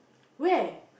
where